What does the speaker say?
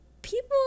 people